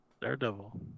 Daredevil